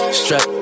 strap